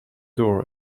door